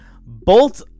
bolt